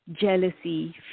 jealousy